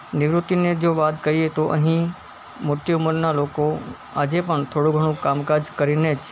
નિવૃત્તિની જો વાત કરીએ તો અહીં મોટી ઉંમરના લોકો આજે પણ થોડું ઘણું કામકાજ કરીને જ